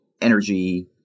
energy